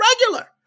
regular